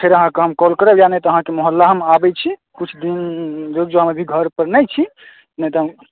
फेर अहाँकेँ हम कॉल करब या नहि तऽ अहाँकेँ मोहल्ला हम आबैत छी किछु दिन रूकि जाउ अभी हम घर पर नहि छी नहि तऽ हम